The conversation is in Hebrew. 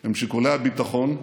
הם שיקולי הביטחון,